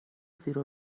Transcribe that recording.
زیر